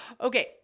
Okay